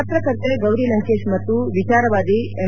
ಪತ್ರಕರ್ತೆ ಗೌರಿ ಲಂಕೇಶ್ ಮತ್ತು ವಿಚಾರವಾದಿ ಎಂ